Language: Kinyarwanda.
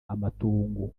amatongo